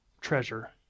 treasure